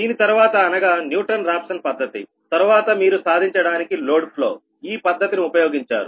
దీని తరవాత అనగా న్యూటన్ రాఫ్సన్ పద్ధతి తర్వాత మీరు సాధించడానికి లోడ్ ఫ్లో ఈ పద్దతిని ఉపయోగించారు